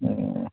ꯑꯣ